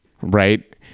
right